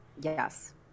Yes